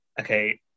okay